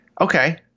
Okay